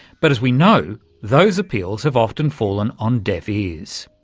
but, as we know, those appeals have often fallen on deaf ears.